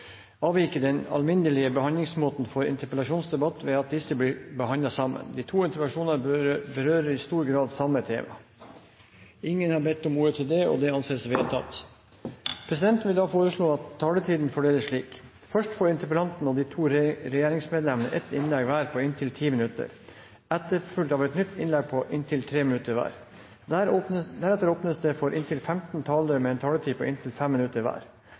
den alminnelige behandlingsmåten for interpellasjonsdebatter ved at disse blir behandlet sammen. De to interpellasjonene berører i stor grad samme tema. – Ingen har bedt om ordet til dette, og det anses vedtatt. Presidenten vil da foreslå at taletiden fordeles slik: Først får interpellanten og de to regjeringsmedlemmene ett innlegg hver på inntil 10 minutter, etterfulgt av et nytt innlegg på inntil 3 minutter hver. Deretter åpnes det for inntil 15 talere med en taletid på inntil 5 minutter hver.